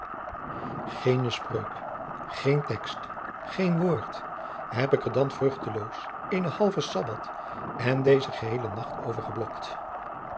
geene spreuk geen tekst geen woord heb ik er dan vruchteloos eenen halven sabbath en deze geheele nacht over geblokt